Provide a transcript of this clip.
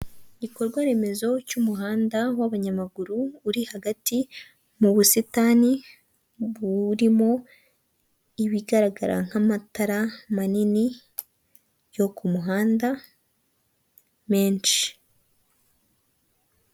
Igikorwa remezo cy'umuhanda w'abanyamaguru uri hagati mu busitani burimo ibigaragara nk'amatara manini yo ku muhanda menshi.